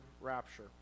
rapture